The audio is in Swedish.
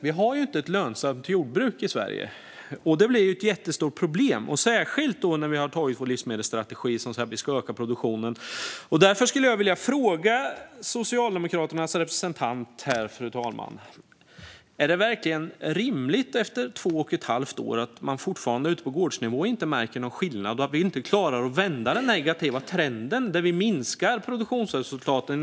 Vi har inte ett lönsamt jordbruk i Sverige. Det blir ett jättestort problem, särskilt när vi har antagit vår livsmedelsstrategi som säger att vi ska öka produktionen. Därför, fru talman, skulle jag vilja fråga Socialdemokraternas representant: Är det verkligen rimligt att man fortfarande efter två och ett halvt år inte märker någon skillnad ute på gårdsnivå och att vi inte klarar att vända den negativa trend där vi minskar produktionsresultaten?